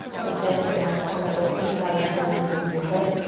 to sit in a nice, comfortable seat. draw your hands of your choice,